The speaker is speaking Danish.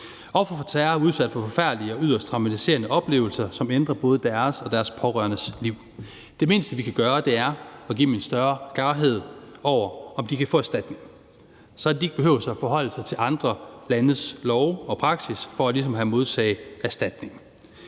Ofre for terror er udsat for forfærdelige og yderst traumatiserende oplevelser, som ændrer både deres og deres pårørendes liv. Det mindste, vi kan gøre, er at give dem en større klarhed over, om de kan få erstatning, så de ikke behøver at forholde sig til andre landes love og praksis for at modtage erstatning.